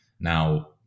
Now